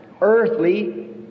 earthly